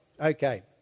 Okay